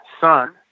son